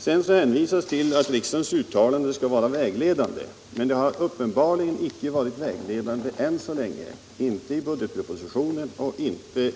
Sedan hänvisar industriministern till att riksdagens uttalande skall vara vägledande. Men det har uppenbarligen icke varit vägledande än så länge —- inte i budgetpropositionen och inte